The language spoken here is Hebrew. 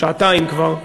שעתיים כבר,